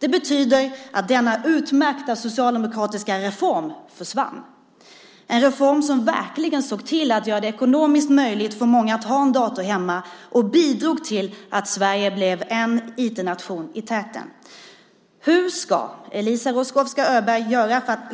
Det betyder att denna utmärkta socialdemokratiska reform försvann, en reform som verkligen såg till att göra det ekonomiskt möjligt för många att ha dator hemma och bidrog till att Sverige blev en IT-nation i täten. Hur ska Eliza Roszkowska Öberg